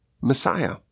Messiah